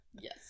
yes